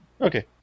Okay